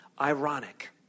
ironic